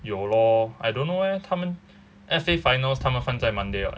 有 lor I don't know leh 他们 S_A finals 他们放在 monday [what]